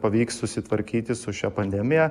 pavyks susitvarkyti su šia pandemija